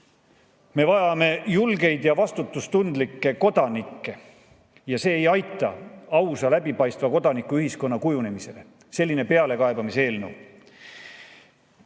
Me vajame julgeid ja vastutustundlikke kodanikke. See ei aita kaasa ausa, läbipaistva kodanikuühiskonna kujunemisele, selline pealekaebamise eelnõu. Täna